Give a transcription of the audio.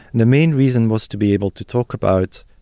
the main reason was to be able to talk about,